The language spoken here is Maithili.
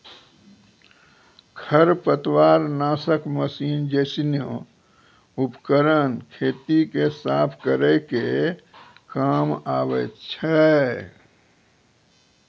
खरपतवार नासक मसीन जैसनो उपकरन खेतो क साफ करै के काम आवै छै